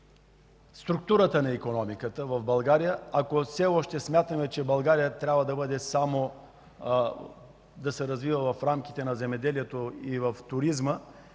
структурата на икономиката в България, ако все още смятаме, че България трябва да се развива само в рамките на земеделието и туризма,